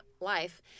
life